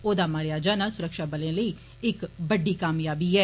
औदा मारेआ जाना सुरक्षाबलें लेई इक बड्डी कामयाबी ऐ